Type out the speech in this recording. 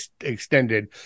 extended